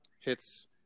hits